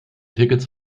tickets